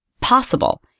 possible